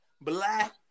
black